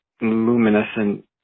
luminescent